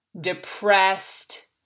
Depressed